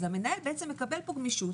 המנהל מקבל פה גמישות,